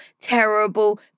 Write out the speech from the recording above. terrible